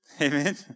Amen